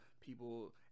people